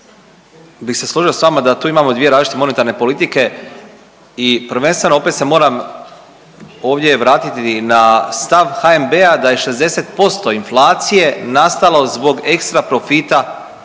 bih se složio s vama da tu imao dvije različite monetarne politike i prvenstveno opet se moram ovdje vratiti na stav HNB-a da je 60% inflacije nastalo zbog ekstraprofita